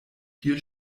viel